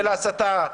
של ההסתה,